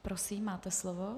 Prosím, máte slovo.